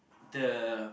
the